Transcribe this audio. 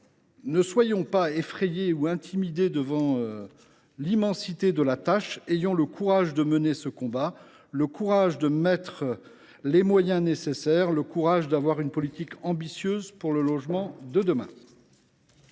Ne soyons pas effrayés ou intimidés devant l’immensité de la tâche : ayons le courage de mener ce combat, d’engager les moyens nécessaires et d’avoir une politique ambitieuse pour le logement de demain